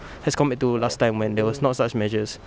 as compared to last time when there was no such measures